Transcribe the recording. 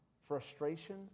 frustration